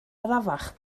arafach